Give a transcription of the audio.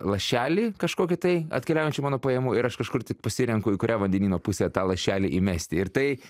lašelį kažkokį tai atkeliaujančių mano pajamų ir aš kažkur taip pasirenku į kurią vandenyno pusę tą lašelį įmesti ir tai